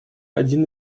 один